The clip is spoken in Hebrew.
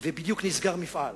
ובדיוק נסגר מפעל,